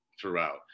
throughout